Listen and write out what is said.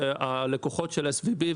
אנחנו יודעים היום שהלקוחות של SVB,